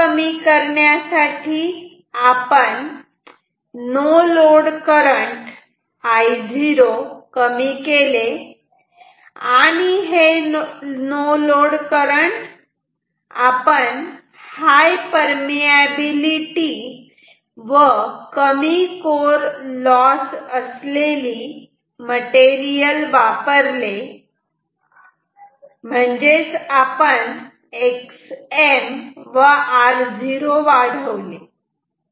error कमी करण्यासाठी आपण नो लोड करंट कमी केले आणि हे नो लोड करंट आपण हाय परमियाबिलिटी व कमी कोर लॉस असलेले मटेरियल वापरले म्हणजेच आपण Xm व R0 वाढवले